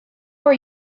are